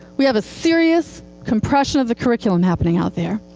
we have a serious compression of the curriculum happening out there.